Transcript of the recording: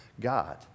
God